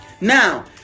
Now